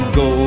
go